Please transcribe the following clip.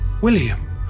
William